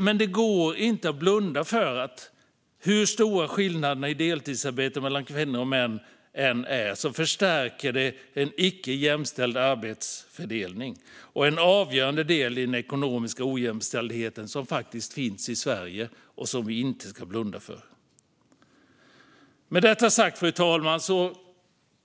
Men det går inte att blunda för att de stora skillnaderna i deltidsarbete mellan kvinnor och män förstärker en icke jämställd arbetsfördelning och är en avgörande del i den ekonomiska ojämställdhet som faktiskt finns i Sverige. Med detta sagt, fru talman,